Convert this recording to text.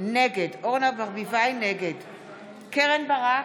נגד קרן ברק,